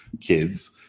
kids